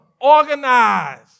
organize